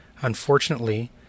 Unfortunately